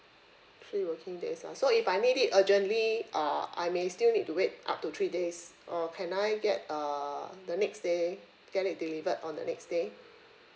three working days ah so if I need it urgently uh I may still need to wait up to three days or can I get err the next day get it delivered on the next day